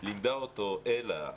לימדה אותו אלה,